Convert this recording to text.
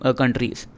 countries।